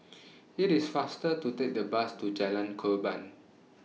IT IS faster to Take The Bus to Jalan Korban